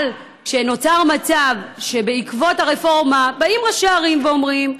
אבל נוצר מצב שבעקבות הרפורמה באים ראשי ערים ואומרים: